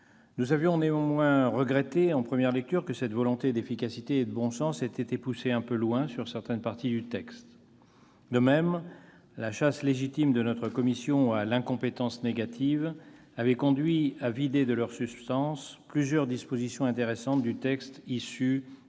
Nous avions toutefois regretté en première lecture que cette volonté d'efficacité et de bon sens ait été poussée un peu loin sur certaines parties du texte. De même, la chasse légitime de notre commission à l'incompétence négative avait conduit à vider de leur substance plusieurs dispositions intéressantes du texte issu de